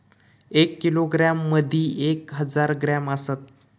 एक किलोग्रॅम मदि एक हजार ग्रॅम असात